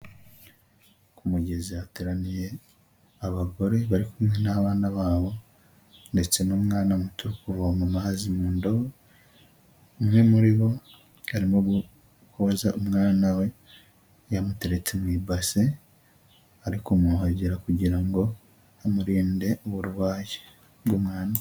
Ku mugezi hateraniye abagore bari kumwe n'abana babo ndetse n'umwana muto uvoma amazi mu ndobo, umwe muri bo arimo koza umwana we, yamutereretse mu ibase, ari kumwuhagira kugira ngo amurinde uburwayi bw'umwanda.